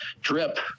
Drip